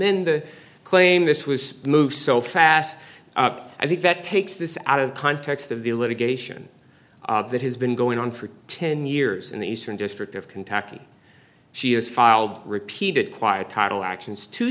end the claim this was a move so fast i think that takes this out of context of the litigation that has been going on for ten years in the eastern district of kentucky she has filed repeated quiet title actions two